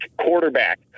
quarterback